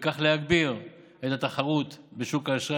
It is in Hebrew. ובכך להגביר את התחרות בשוק האשראי